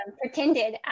pretended